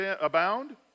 abound